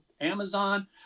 Amazon